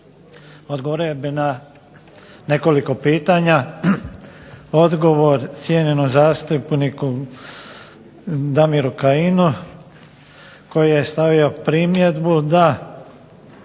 Odgovorio bih na nekoliko pitanja. Odgovor cijenjenom zastupniku Damiru Kajinu koji je stavio primjedbu da